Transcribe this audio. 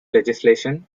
legislation